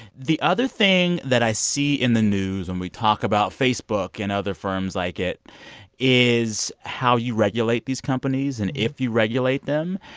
the other thing that i see in the news when we talk about facebook and other firms like it is how you regulate these companies and if you regulate them.